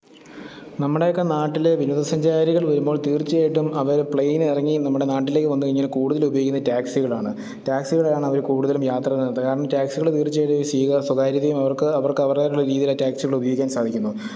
നമ്മുടെയൊക്കെ നാട്ടിൽ വിനോദഞ്ചാരികൾ വരുമ്പോൾ തീർച്ചയായിട്ടും അവർ പ്ലെയിൻ ഇറങ്ങി നമ്മുടെ നാട്ടിലേക്ക് വന്നു കഴിഞ്ഞാൽ കൂടുതലും ഉപയോഗിക്കുന്നത് ടാക്സികളാണ് ടാക്സികളാണവർ കൂടുതലും യാത്ര നടത്താൻ കാരണം ടാക്സികൾ തീർച്ചയായും സ്വകാര്യതയും അവർക്ക് അവർക്ക് അവരുടേതായിട്ടുള്ള രീതിയിലാണ് ടാക്സികൾ ഉപയോഗിക്കാൻ സാധിക്കുന്നു